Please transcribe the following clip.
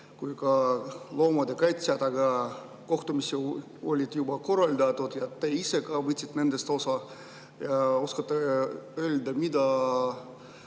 kui ka loomade kaitsjatega kohtumisi on juba korraldatud ja te ise ka võtsite nendest osa. Oskate öelda, mida